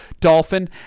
Dolphin